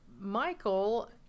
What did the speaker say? Michael